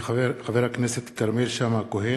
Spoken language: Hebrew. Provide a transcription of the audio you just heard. כי חבר הכנסת כרמל שאמה-הכהן